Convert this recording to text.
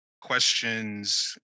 questions